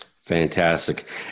Fantastic